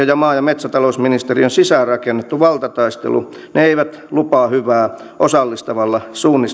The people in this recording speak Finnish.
ja maa ja metsätalousministeriön sisään rakennettu valtataistelu ne eivät lupaa hyvää osallistavalle